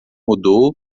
mudou